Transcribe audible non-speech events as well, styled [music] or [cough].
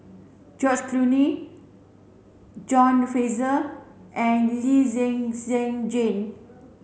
George [unintelligible] John Fraser and Lee Zhen Zhen Jane